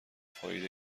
فایده